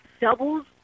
doubles